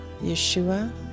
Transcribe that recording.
Yeshua